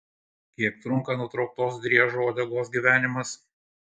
kiek trunka nutrauktos driežo uodegos gyvenimas